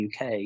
UK